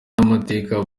n’amateka